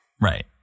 Right